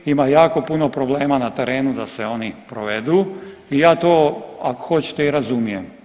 Ima jako puno problema na terenu da se oni provedu i ja to ako hoćete i razumijem.